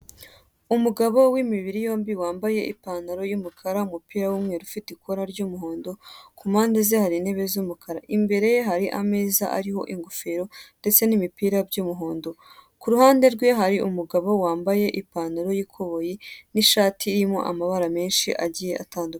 Umugabo w'imibiri yombi wambaye ipantaro y'umukara, umupira w'umweru ufite ikora ry'umuhondo kumpande ze hari intebe z'umukara. Imbere ye hari ameza iriho ingofero ndetse n'imipira by'umuhondo, kuruhande rwe hari umugabo wambaye ipantaro y'ikoboye n'ishati irimo amabara menshi agiye atandukanye.